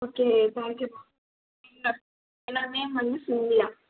okay thank you ma'am என்னோடய name Scindia